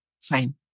Fine